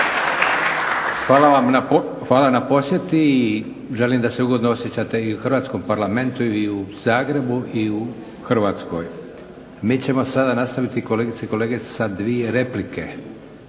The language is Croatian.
Hvala na posjeti i želim da se ugodno osjećate i u Hrvatskom parlamentu i u Zagrebu i u Hrvatskoj. Mi ćemo sada nastaviti kolegice i kolege sa dvije replike.